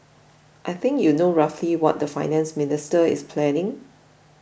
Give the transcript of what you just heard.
I think you know roughly what the Finance Minister is planning